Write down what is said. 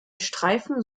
streifen